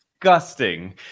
disgusting